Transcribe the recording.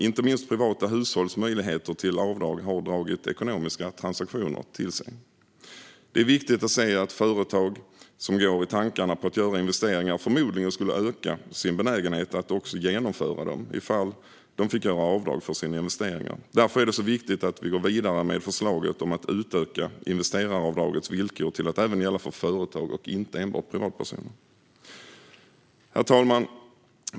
Inte minst privata hushålls möjligheter till avdrag har dragit ekonomiska transaktioner till sig. Det är viktigt att se att företag som går i tankar på att göra investeringar förmodligen skulle öka sin benägenhet att också genomföra dem ifall de fick göra avdrag för sina investeringar. Därför är det så viktigt att vi går vidare med förslaget om att utöka investeraravdragets villkor till att även gälla för företag och inte enbart för privatpersoner. Herr talman!